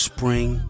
Spring